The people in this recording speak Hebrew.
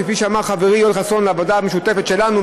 כפי שאמר חברי יואל חסון על העבודה המשותפת שלנו,